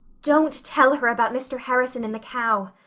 don't tell her about mr. harrison and the cow,